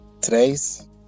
Today's